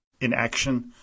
inaction